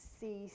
see